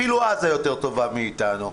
אפילו עזה יותר טובה מאיתנו.